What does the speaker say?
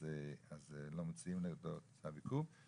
אז לא מוציאים נגדו צו עיכוב.